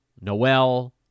Noel